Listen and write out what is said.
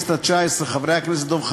הכנסת איתן כבל.